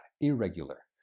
irregular